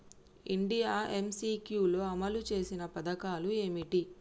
India MCQ లో అమలు చేసిన పథకాలు ఏమిటి?